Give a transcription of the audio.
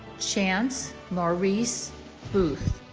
chance maurice booth